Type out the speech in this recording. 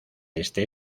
este